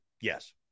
Yes